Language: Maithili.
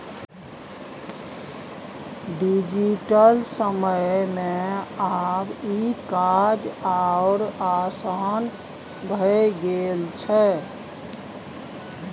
डिजिटल समय मे आब ई काज आओर आसान भए गेल छै